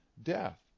death